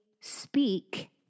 speak